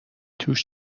توش